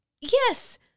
yes